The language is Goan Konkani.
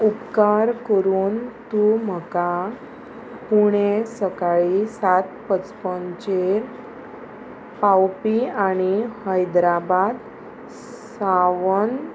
उपकार करून तूं म्हाका पुणें सकाळीं सात पचपनचेर पावपी आनी हैद्राबाद सावन